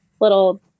little